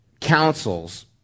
councils